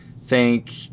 thank